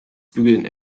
bügeln